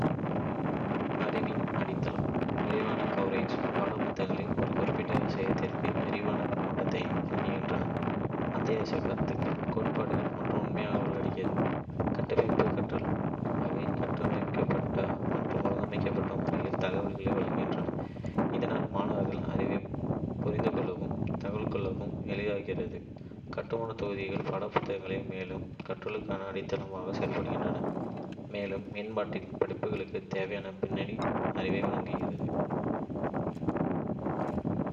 அறிவின் அடித்தளம். விரிவான கவரேஜ், பாடப்புத்தகங்கள் ஒரு குறிப்பிட்ட விஷயத்தின் விரிவான கண்ணோட்டத்தை வழங்குகின்றன, அத்தியாவசிய கருத்துகள், கோட்பாடுகள் மற்றும் உண்மைகளை உள்ளடக்கியது. கட்டமைக்கப்பட்ட கற்றல், அவை கட்டமைக்கப்பட்ட மற்றும் ஒழுங்கமைக்கப்பட்ட முறையில் தகவல்களை வழங்குகின்றன, இதனால் மாணவர்கள் அறிவைப் புரிந்துகொள்வதையும் தக்கவைத்துக்கொள்வதையும் எளிதாக்குகிறது. கட்டுமானத் தொகுதிகள், பாடப்புத்தகங்கள் மேலும் கற்றலுக்கான அடித்தளமாக செயல்படுகின்றன, மேலும் மேம்பட்ட படிப்புகளுக்கு தேவையான பின்னணி அறிவை வழங்குகின்றன.